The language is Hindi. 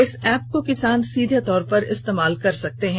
इस ऐप को किसान सीधे तौर पर इस्तेमाल कर सकते हैं